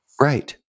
Right